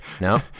No